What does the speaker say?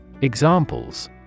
Examples